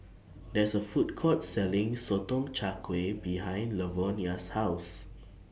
There IS A Food Court Selling Sotong Char Kway behind Lavonia's House